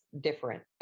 different